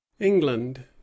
England